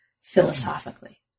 philosophically